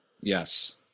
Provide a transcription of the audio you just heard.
Yes